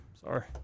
Sorry